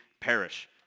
perish